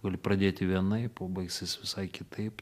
gali pradėti vienaip o baigsis visai kitaip